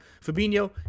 Fabinho